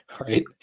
right